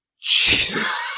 Jesus